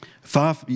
Far